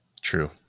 True